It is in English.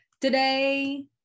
Today